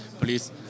please